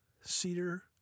cedar